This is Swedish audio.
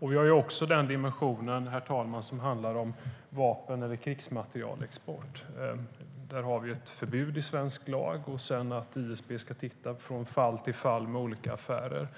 Herr talman! Vi har också den dimension som handlar om vapen och krigsmaterielexport. Där har vi ett förbud i svensk lag. ISP ska titta från fall till fall på olika affärer.